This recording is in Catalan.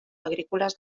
agrícoles